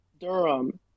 Durham